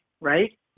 right